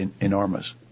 enormous